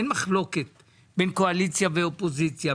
אין מחלוקת בין קואליציה ואופוזיציה,